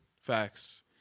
Facts